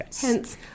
Hence